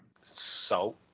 Salt